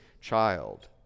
child